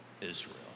Israel